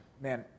man